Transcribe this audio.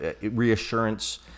reassurance